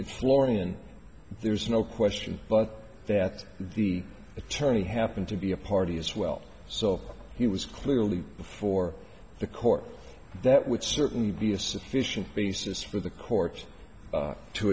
it's florian there's no question but that the attorney happened to be a party as well so he was clearly before the court that would certainly be a sufficient basis for the courts